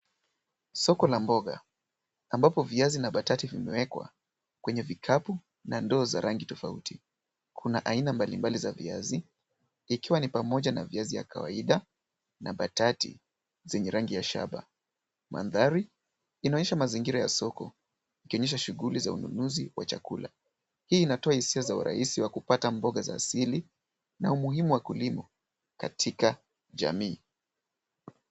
Soko la mboga ambapo viazi na mbatati zimewekwa kwenye vikapu na ndoo za rangi tofauti. Kuna aina mbalimbali za viazi ikiwa ni pamoja na viazi ya kawaida na mbatati zenye rangi ya shaba. Mandhari inaonyesha mazingira ya soko ikionyesha shughuli za ununuzi wa chakula .Hii inatoa hisia za urahisi wa kupata mboga za asili na umuhimu wa kulima katika jamii.